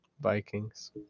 Vikings